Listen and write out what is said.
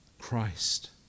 Christ